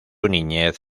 niñez